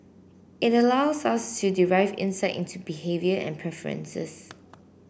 it allows us to derive insight into behaviour and preferences